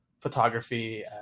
photography